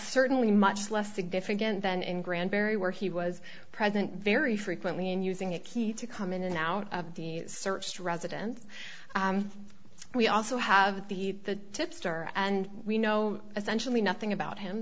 certainly much less significant than in granbury where he was present very frequently and using a key to come in and out of the searched residence we also have the the tipster and we know essentially nothing about him